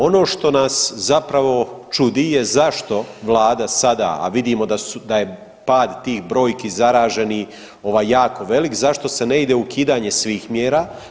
Ono što nas zapravo čudi je zašto vlada sada, a vidimo da su, je pad tih brojki zaraženih ovaj jako velik, zašto se ne ide u ukidanje svih mjera?